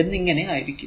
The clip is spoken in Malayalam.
എന്നിങ്ങനെ ആയിരിക്കും